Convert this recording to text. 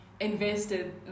Invested